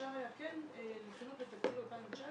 אפשר היה כן לפנות לתקציב 2019